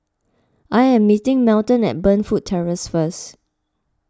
I am meeting Melton at Burnfoot Terrace first